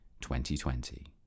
2020